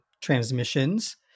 Transmissions